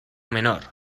menor